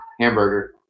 Hamburger